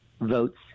votes